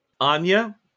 Anya